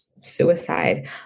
suicide